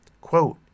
Quote